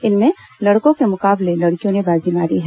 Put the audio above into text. इसमें लड़कों के मुकाबले लड़कियों ने बाजी मारी है